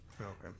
Okay